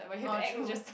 orh true